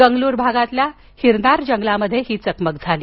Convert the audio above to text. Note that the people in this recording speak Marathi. गंगलूर भागातील हिरनार जंगलात हि चकमक झाली